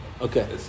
Okay